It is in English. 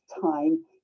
time